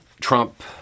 Trump